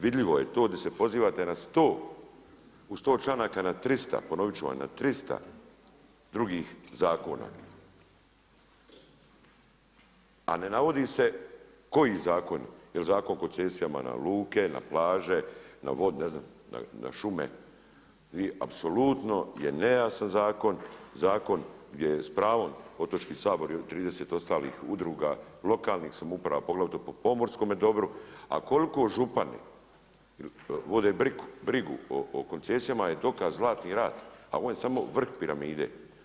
Vidljivo je to di se pozivate na 100 članaka, ponovit ću vam na 300, na 300, drugih zakona, a ne navodi se koji zakoni, je li Zakon o koncesijama na luke, na plaže, na vode, ne znam, na šume, vi apsolutno je nejasan zakon, zakon gdje je s pravom Otočki sabor i 30 ostalih udruga lokalnih samouprava, poglavito po pomorskome dobro, a koliko župani vode brigu o koncesijama je dokaz Zlatni rat, a ovo je samo vrh piramide.